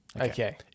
Okay